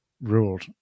ruled